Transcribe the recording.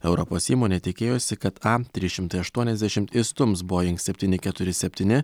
europos įmonė tikėjosi kad a trys šimtai aštuoniasdešimt išstums boing septyni keturi septyni